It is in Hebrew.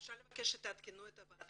אפשר לבקש שתעדכנו את הוועדה?